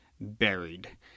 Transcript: Buried